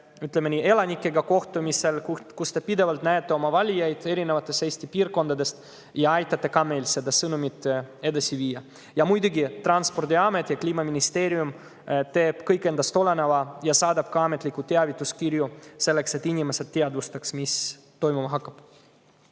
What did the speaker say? ütleme nii, elanikega kohtumistel, kus te pidevalt näete oma valijaid erinevates Eesti piirkondades ja aitate meil seda sõnumit edasi viia. Ja muidugi, Transpordiamet ja Kliimaministeerium teevad kõik endast oleneva ja saadavad ka ametlikke teavituskirju selleks, et inimesed teadvustaksid, mis toimuma hakkab.